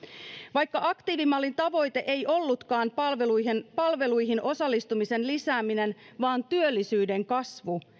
vaikka aktiivimallin tavoite ei ollutkaan palveluihin palveluihin osallistumisen lisääminen vaan työllisyyden kasvu